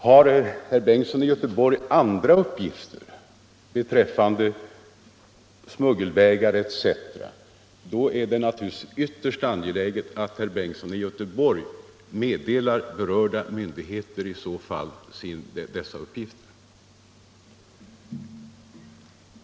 Har herr Bengtsson i Göteborg andra uppgifter beträffande införsel etc., är det naturligtvis ytterst angeläget att herr Bengtsson meddelar berörda myndigheter dessa uppgifter.